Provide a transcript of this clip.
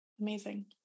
Amazing